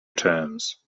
terms